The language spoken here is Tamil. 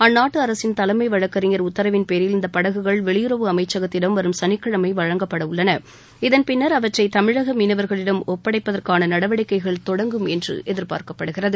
அந்நாட்டு அரசின் தலைமை வழக்கறிஞர் உத்தரவின்பேரில் இந்த படகுகள் வெளியுறவு அமைச்சகத்திடம் வரும் சனிக்கிழமை வழங்கப்பட உள்ளன இதன்பின்னர் அவற்றை தமிழக மீனவர்களிடம் ஒப்படைப்பதற்கான நடவடிக்கைகள் தொடங்கும் என்று எதிர்பார்க்கப்படுகிறது